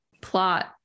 plot